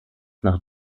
nach